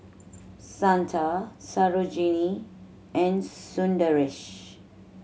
Santha Sarojini and Sundaresh